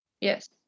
Yes